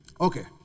Okay